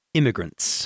immigrants